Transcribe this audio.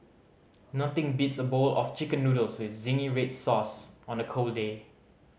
nothing beats a bowl of Chicken Noodles with zingy red sauce on a cold day